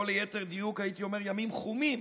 או ליתר דיוק הייתי אומר ימים חומים.